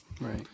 Right